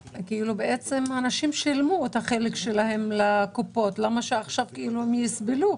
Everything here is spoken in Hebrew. הנשים שילמו את החלק שלהן לקופות ולמה שעכשיו הן יסבלו?